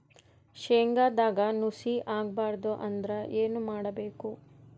ಶೇಂಗದಾಗ ನುಸಿ ಆಗಬಾರದು ಅಂದ್ರ ಏನು ಮಾಡಬೇಕು?